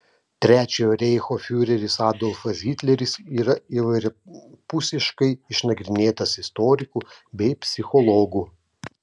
trečiojo reicho fiureris adolfas hitleris yra įvairiapusiškai išnagrinėtas istorikų bei psichologų